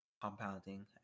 compounding